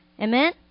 Amen